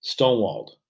stonewalled